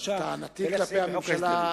בבקשה טענתי כלפי הממשלה,